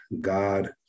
God